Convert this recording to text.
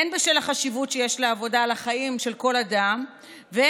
הן בשל החשיבות שיש לעבודה על החיים של כל אדם והן